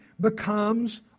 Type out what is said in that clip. becomes